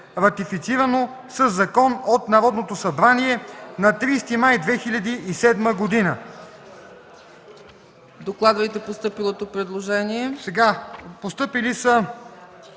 ратифицирано със закон от Народното събрание на 30 май 2007 г.”